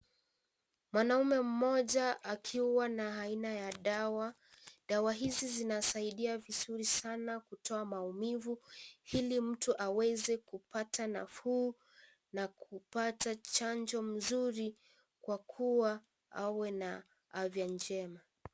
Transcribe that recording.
Mwanamke mmoja akiwa na aina ya dawa, dawa hizi zinasaidia vizuri sana kutoa maumivu ili mtu aweze kupata nafuu na kupata chanjo mzuri Kwa kuwa awe na afya njema.